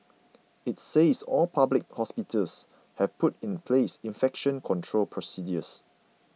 it says all public hospitals have put in place infection control procedures